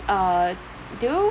uh do you